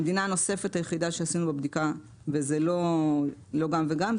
המדינה הנוספת היחידה שעשינו בה בדיקה וזה לא גם וגם,